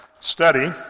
study